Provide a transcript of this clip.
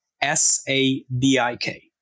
S-A-D-I-K